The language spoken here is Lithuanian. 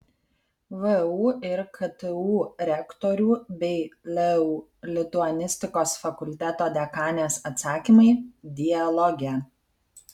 vu ir ktu rektorių bei leu lituanistikos fakulteto dekanės atsakymai dialoge